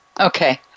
Okay